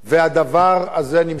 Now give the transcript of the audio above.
והדבר הזה נמשך.